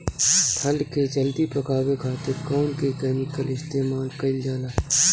फल के जल्दी पकावे खातिर कौन केमिकल इस्तेमाल कईल जाला?